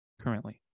currently